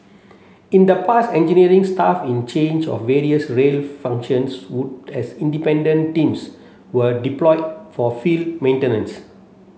in the past engineering staff in change of various rail functions would as independent teams were deployed for field maintenance